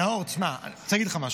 נאור, שמע, אני רוצה להגיד לך משהו.